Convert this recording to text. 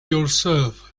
yourself